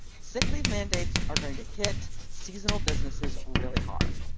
sick leave mandates are going to hit seasonal businesses really hard.